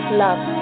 love